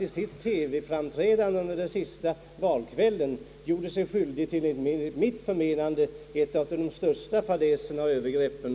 I sitt TV-framträdande den sista valkvällen gjorde han sig enligt mitt förmenande skyldig till en av de största fadäser och ett av de värsta övergrepp